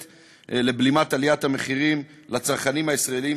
לבלימת עליית המחירים צריך לתת לצרכנים הישראלים,